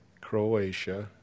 Croatia